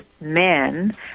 men